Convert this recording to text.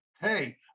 hey